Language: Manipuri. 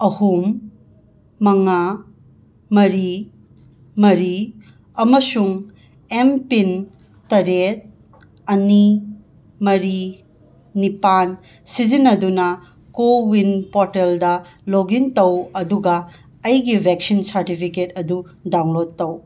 ꯑꯍꯨꯝ ꯃꯉꯥ ꯃꯔꯤ ꯃꯔꯤ ꯑꯃꯁꯨꯡ ꯑꯦꯝ ꯄꯤꯟ ꯇꯔꯦꯠ ꯑꯅꯤ ꯃꯔꯤ ꯅꯤꯄꯥꯟ ꯁꯤꯖꯤꯟꯅꯗꯨꯅ ꯀꯣꯋꯤꯟ ꯄꯣꯔꯇꯦꯜꯗ ꯂꯣꯛ ꯏꯟ ꯇꯧ ꯑꯗꯨꯒ ꯑꯩꯒꯤ ꯚꯦꯛꯁꯤꯟ ꯁꯥꯔꯇꯤꯐꯤꯀꯦꯠ ꯑꯗꯨ ꯗꯥꯎꯟꯂꯣꯠ ꯇꯧ